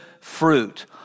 fruit